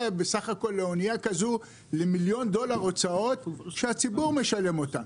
באנייה כזאת למיליון דולר הוצאות שהציבור משלם אותן.